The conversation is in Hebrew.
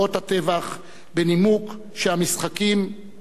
בנימוק "שהמשחקים חייבים להמשיך".